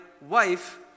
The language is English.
wife